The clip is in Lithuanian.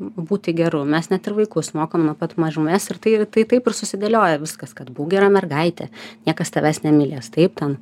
būti geru mes net ir vaikus mokome nuo pat mažumės ir tai ir tai taip ir susidėlioja viskas kad būk gera mergaitė niekas tavęs nemylės taip ten